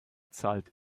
zahlt